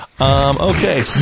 Okay